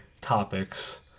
topics